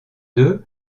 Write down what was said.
deux